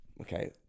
okay